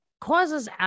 causes